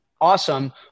awesome